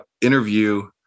interview